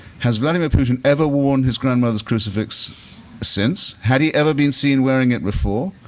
has vladimir putin ever worn his grandmother's crucifix since? had he ever been seen wearing it before?